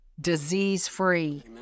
disease-free